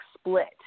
split